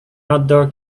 outdoor